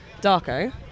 Darko